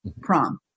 prom